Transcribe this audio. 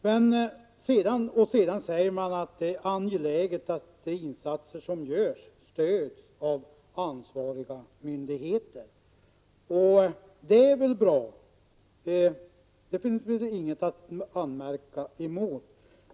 Det sägs i betänkandet att det är angeläget att de insatser som görs också stöds av ansvariga myndigheter. Det är väl bra, och mot detta finns alltså ingenting att anmärka.